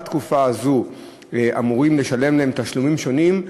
בתקופה הזו אמורים לשלם להם תשלומים שונים,